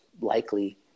likely